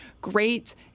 great